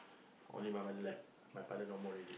only my mother left my father no more already